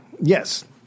Yes